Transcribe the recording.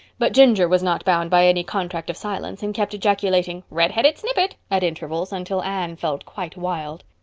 but ginger was not bound by any contract of silence and kept ejaculating, redheaded snippet at intervals until anne felt quite wild.